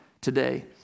today